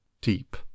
deep